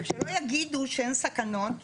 ושלא יגידו שאין סכנות,